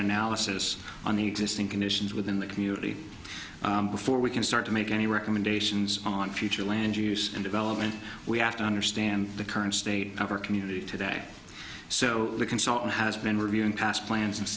analysis on the existing conditions within the community before we can start to make any recommendations on future land use and develop and we have to understand the current state of our community today so the consultant has been reviewing past plans and